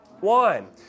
wine